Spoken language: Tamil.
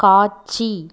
காட்சி